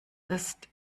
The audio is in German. ist